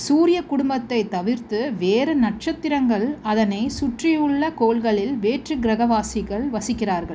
சூரிய குடும்பத்தை தவிர்த்து வேறு நட்சத்திரங்கள் அதனை சுற்றி உள்ள கோள்களில் வேற்று கிரக வாசிகள் வசிக்கிறார்கள்